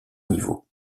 niveaux